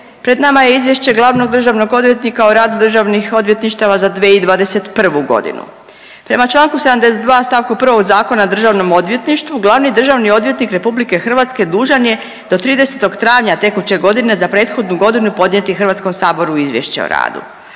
pred nama je Izvješće glavnog državnog odvjetnika o radu državnih odvjetništava za 2021. godinu. Prema Članku 72. stavku 1. Zakona o državnom odvjetništvu glavni državni odvjetnik RH dužan je do 30. travnja tekuće godine za prethodnu godinu podnijeti Hrvatskom saboru izvješće o radu.